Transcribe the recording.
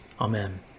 Amen